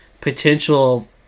potential